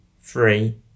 three